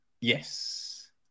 Yes